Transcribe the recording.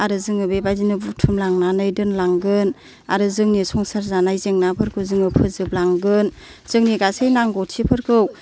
आरो जोङो बेबायदिनो बुथुम लांनानै दोनलांगोन आरो जोंनि संसार जानाय जेंनाफोरखौ जोङो फोजोबलांगोन जोंनि गासै नांगौथिफोरखौ